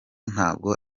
ntabwo